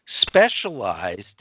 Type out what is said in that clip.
specialized